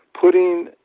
putting